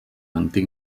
antic